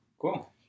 Cool